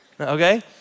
Okay